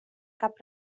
cap